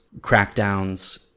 crackdowns